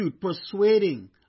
persuading